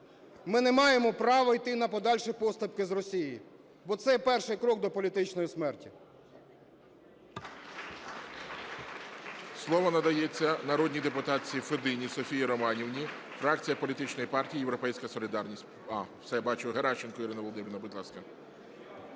Ми не маємо права йти на подальші поступки з Росією, бо це є перший крок до політичної смерті. ГОЛОВУЮЧИЙ. Слово надається народній депутатці Федині Софії Романівні, фракція політичної партії "Європейська солідарність". А, все, бачу. Геращенко Ірина Володимирівна, будь ласка.